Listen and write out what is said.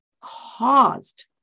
caused